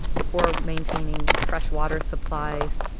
for maintaining fresh water supplies,